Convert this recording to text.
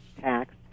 tax